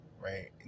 right